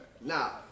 Now